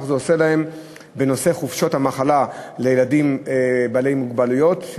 זה עושה להם בנושא חופשות המחלה בשביל ילדים בעלי מוגבלות.